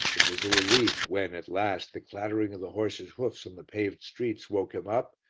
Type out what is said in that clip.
it was a relief when, at last, the clattering of the horse's hoofs on the paved streets woke him up,